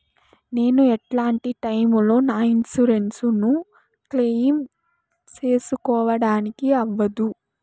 నేను ఎట్లాంటి టైములో నా ఇన్సూరెన్సు ను క్లెయిమ్ సేసుకోవడానికి అవ్వదు?